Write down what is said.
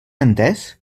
entès